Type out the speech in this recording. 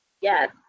Yes